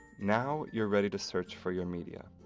now, you're ready to search for your media.